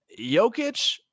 Jokic